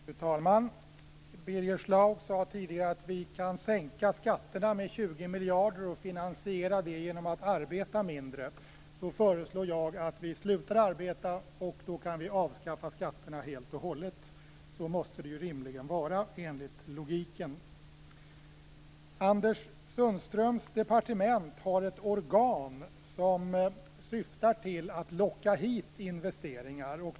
Fru talman! Birger Schlaug sade tidigare att vi kan sänka skatterna med 20 miljarder kronor och finansiera det genom att arbeta mindre. Då föreslår jag att vi slutar arbeta. Då kan vi avskaffa skatterna helt och hållet. Så måste det ju rimligen vara enligt logiken. Anders Sundströms departement har ett organ som syftar till att locka hit investeringar.